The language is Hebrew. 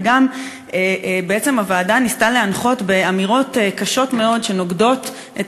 וגם בעצם הוועדה ניסתה להנחות באמירות קשות מאוד שנוגדות את